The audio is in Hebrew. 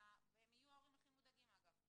והם יהיו ההורים הכי מודאגים דרך אגב,